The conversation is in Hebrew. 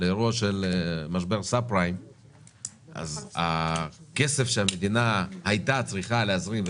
של סאב פריים הכסף שהמדינה הייתה צריכה להזרים,